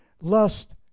lust